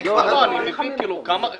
כבוד היושב-ראש, לא דנו בזה?